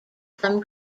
from